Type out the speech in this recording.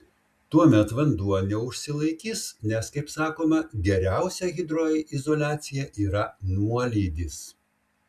tuomet vanduo neužsilaikys nes kaip sakoma geriausia hidroizoliacija yra nuolydis